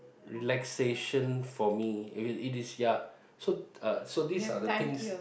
relaxation for me it it is ya so uh so these are the things